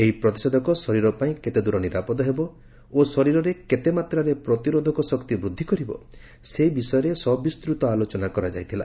ଏହି ପ୍ରତିଷେଧକ ଶରୀର ପାଇଁ କେତେଦ୍ର ନିରାପଦ ହେବ ଓ ଶରୀରର କେତେ ମାତ୍ରାରେ ପ୍ରତିରୋଧକ ଶକ୍ତି ବୃଦ୍ଧି କରିବ ସେ ବିଷୟରେ ସବିସ୍ତୃତ ଆଲୋଚନା କରାଯାଇଥିଲା